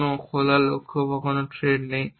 কোনও খোলা লক্ষ্য এবং কোনও থ্রেড নেই